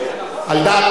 לחברי,